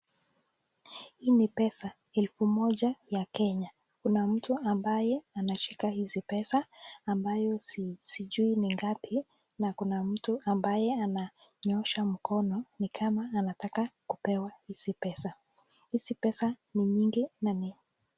Hii ni pesa elfu moja ya Kenya . Kuna mtu ambaye anashika hizi pesa , ambayo sijui ni ngapi na kuna mtu ambaye ananyoosha mkono ni kama anataka kupewa hizi pesa. Hizi pesa ni nyingi na ni